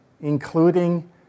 including